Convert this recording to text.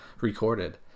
recorded